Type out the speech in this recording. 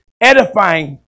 edifying